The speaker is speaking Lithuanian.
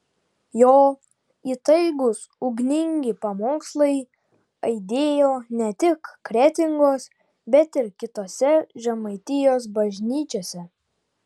jo įtaigūs ugningi pamokslai aidėjo ne tik kretingos bet ir kitose žemaitijos bažnyčiose